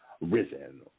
risen